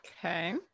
Okay